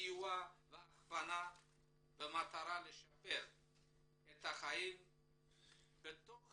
סיוע והכוונה במטרה לשפר את החיים בתוך